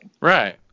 right